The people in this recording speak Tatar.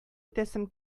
итәсем